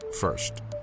first